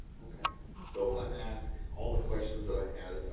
okay so i've asked all the questions that i had